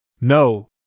No